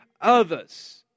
others